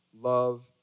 Love